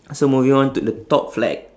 so moving on to the top flag